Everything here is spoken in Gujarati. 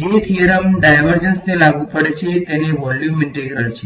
જે થીયરમ ડાઈવર્જન્સને લાગુ પડે છે તેને વોલ્યુમ ઈટીગ્રલ છે